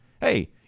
Hey